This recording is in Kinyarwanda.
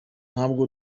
ntabwo